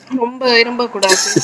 ரொம்ப இரும கூடாது:romba iruma koodathu